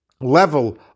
level